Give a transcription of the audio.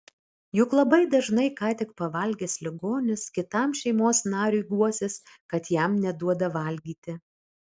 juk labai dažnai ką tik pavalgęs ligonis kitam šeimos nariui guosis kad jam neduoda valgyti